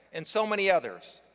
and so many others,